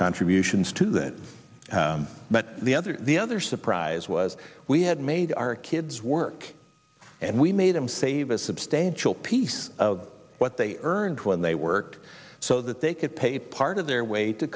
contributions to that but the other the other surprise was we had made our kids work and we made them save a substantial piece of what they earned when they worked so that they could pay part of their way to